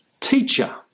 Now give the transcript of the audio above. teacher